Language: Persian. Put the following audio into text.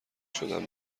شدم